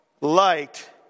light